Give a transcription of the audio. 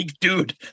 dude